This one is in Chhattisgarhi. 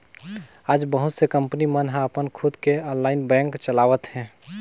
आज बहुत से कंपनी मन ह अपन खुद के ऑनलाईन बेंक चलावत हे